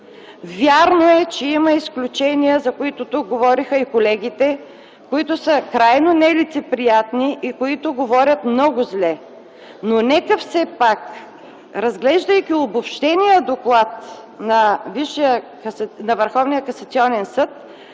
Вярно е, че има изключения, за които тук говореха и колегите, които са крайно нелицеприятни и които говорят много зле. Но нека, разглеждайки обобщения доклад на